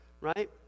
right